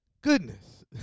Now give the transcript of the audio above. goodness